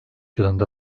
yılında